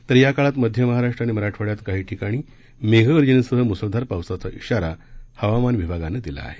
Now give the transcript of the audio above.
तर या काळात मध्य महाराष्ट्र आणि मराठवाड्यात काही ठिकाणी मेघगर्जनेसह मुसळधार पावसाचा श्रीारा हवामान विभागानं दिला आहे